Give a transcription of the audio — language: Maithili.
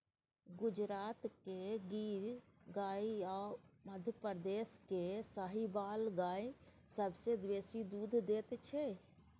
गुजरातक गिर गाय आ मध्यप्रदेश केर साहिबाल गाय सबसँ बेसी दुध दैत छै